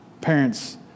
parents